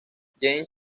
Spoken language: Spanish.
james